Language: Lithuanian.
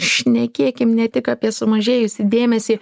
šnekėkim ne tik apie sumažėjusį dėmesį